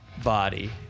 body